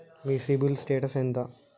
మీ CIBIL status ఎంత?